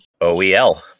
OEL